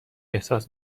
احساس